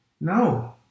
no